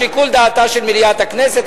לשיקול דעתה של מליאת הכנסת.